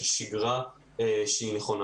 של שגרה שהיא נכונה.